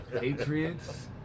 Patriots